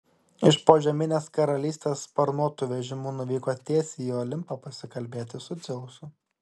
iš požeminės karalystės sparnuotu vežimu nuvyko tiesiai į olimpą pasikalbėti su dzeusu